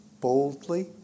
boldly